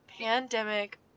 Pandemic